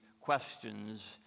questions